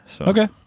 Okay